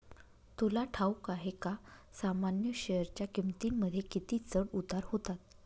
तुला ठाऊक आहे का सामान्य शेअरच्या किमतींमध्ये किती चढ उतार होतात